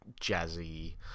jazzy